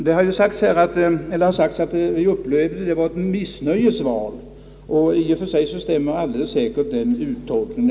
Det har sagts att det har varit ett missnöjets val, och i och för sig stämmer denna uttolkning alldeles säkert.